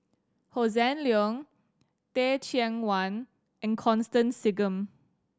Hossan Leong Teh Cheang Wan and Constance Singam